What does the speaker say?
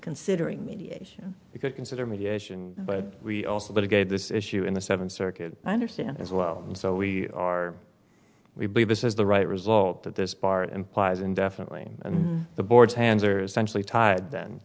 considering we could consider mediation but we also litigate this issue in the seventh circuit i understand as well and so we are we believe this is the right result that this bar implies indefinitely and the board's hands are essentially tied then